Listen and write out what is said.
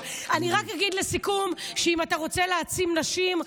אני רק אגיד לסיכום שאם אתה רוצה להעצים נשים,